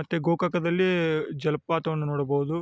ಮತ್ತು ಗೋಕಾಕದಲ್ಲಿ ಜಲಪಾತವನ್ನು ನೋಡಬೌದು